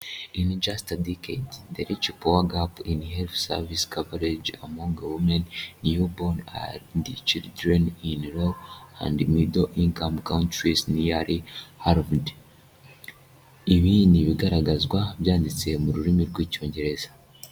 injuste dicad de rechi power up in heve sevis cavaleige amog women newbu aldc drenne in row and medel ingam countriris ntiyari halved ibi ni ibigaragazwa byanditse mu rurimi rw'icyongereza